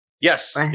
Yes